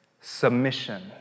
Submission